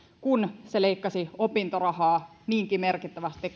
kun se leikkasi opintorahaa niinkin merkittävästi